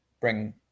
bring